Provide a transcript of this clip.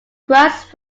grass